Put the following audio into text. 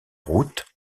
route